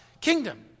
kingdom